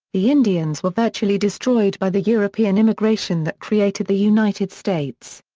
the indians were virtually destroyed by the european immigration that created the united states.